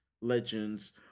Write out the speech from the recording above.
Legends